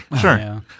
Sure